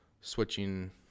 switching